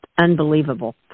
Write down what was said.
unbelievable